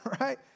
right